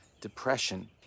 depression